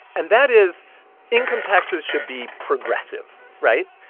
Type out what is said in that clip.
and that is income taxes should be progressive, right?